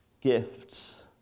gifts